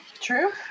True